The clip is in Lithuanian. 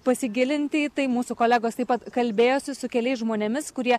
pasigilinti į tai mūsų kolegos taip pat kalbėjosi su keliais žmonėmis kurie